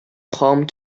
home